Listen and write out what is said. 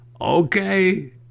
Okay